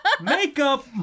Makeup